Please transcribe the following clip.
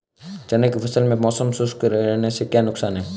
चने की फसल में मौसम शुष्क रहने से क्या नुकसान है?